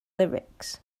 lyrics